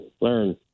Learn